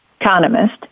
economist